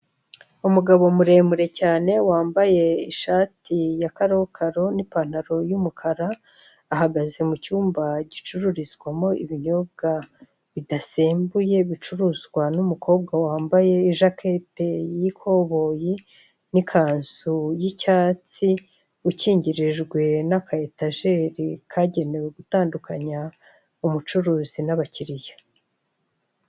Umugabo muremure cyane wambaye ishati ya karokaro n'ipantaro y'umukara, ahagaze mu cyumba gicururizwamo ibinyobwa bidasembuye bicuruzwa n'umukobwa wambaye ijaketi y'ikoboyi n'ikanzu y'icyatsi, ukingirijwe n'aka etajeri kagenewe gutandukanya umucuruzi n'abakiriya.